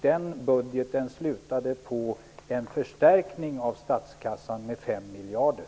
Den budgeten slutade på en förstärkning av statskassan med 5 miljarder.